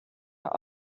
are